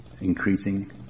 increasing